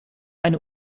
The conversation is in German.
eine